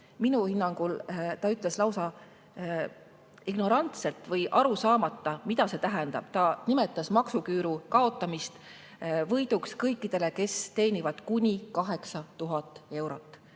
Minu hinnangul ta ütles lausa ignorantselt või aru saamata, mida see tähendab. Ta nimetas maksuküüru kaotamist võiduks kõikidele, kes teenivad kuni 8000 eurot.